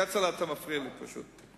כצל'ה, אתה מפריע לי פשוט.